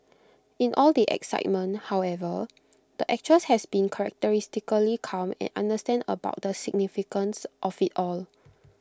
in all the excitement however the actress has been characteristically calm and understated about the significance of IT all